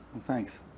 Thanks